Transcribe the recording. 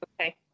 Okay